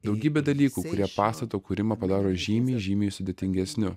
daugybė dalykų kurie pastato kūrimą padaro žymiai žymiai sudėtingesniu